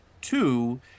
two